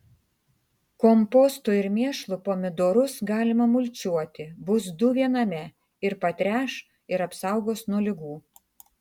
kompostu ir mėšlu pomidorus galima mulčiuoti bus du viename ir patręš ir apsaugos nuo ligų